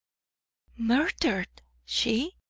murdered! she?